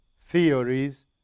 theories